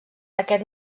aquest